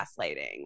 gaslighting